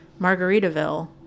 Margaritaville